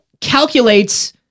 calculates